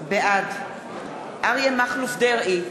בעד אריה מכלוף דרעי,